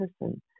person